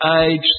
age